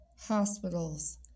hospitals